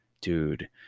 Dude